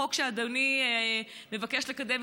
החוק שאדוני מבקש לקדם,